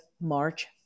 March